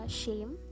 shame